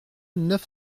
neuf